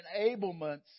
enablements